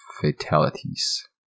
fatalities